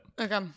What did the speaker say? Okay